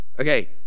Okay